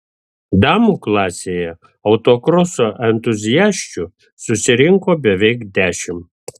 damų klasėje autokroso entuziasčių susirinko beveik dešimt